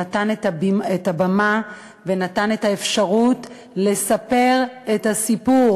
שנתן את הבמה ונתן את האפשרות לספר את הסיפור